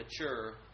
Mature